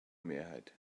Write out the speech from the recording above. mehrheit